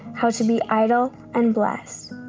how to be idle and blessed,